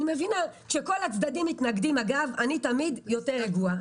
כשכל הצדדים מתנגדים אני תמיד יותר רגועה.